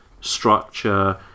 structure